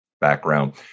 background